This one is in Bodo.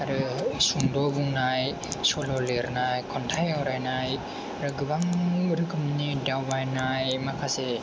आरो सुंद' बुंनाय सल' लेरनाय खन्थाइ आवरायनाय आरो गोबां रोखोमनि दावबायनाय माखासे